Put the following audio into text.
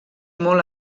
molt